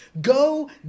Go